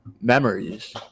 memories